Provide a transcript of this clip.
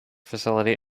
facility